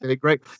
great